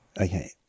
okay